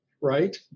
right